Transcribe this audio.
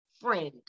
friend